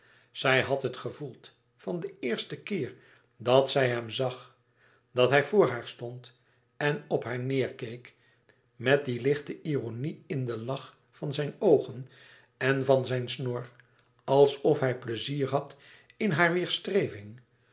zij had het gevoeld van den eersten keer dat zij hem zag dat hij voor haar stond en op haar neêrkeek met die lichte ironie in den lach van zijn oogen en van zijn snor alsof hij pleizier had in hare weêrstreving